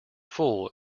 full